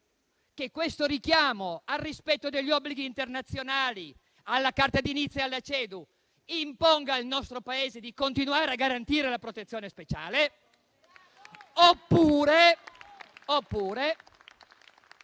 che il richiamo al rispetto degli obblighi internazionali, alla Carta di Nizza e alla CEDU imponga al nostro Paese di continuare a garantire la protezione speciale